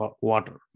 water